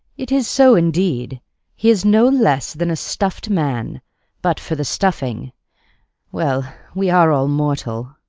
it is so indeed he is no less than a stuffed man but for the stuffing well, we are all mortal.